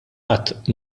qatt